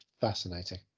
fascinating